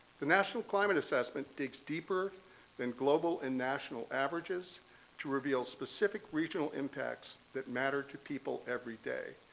the national climate assessment digs deeper than global and national averages to reveal specific regional impacts that matter to people every day.